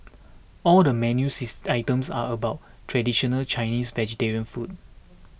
all the menus its items are about traditional Chinese vegetarian food